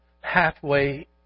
halfway